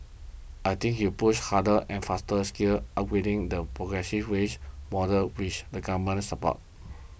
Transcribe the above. I think he push harder and faster skills upgrading the progressive wage model which the government supports